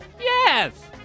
Yes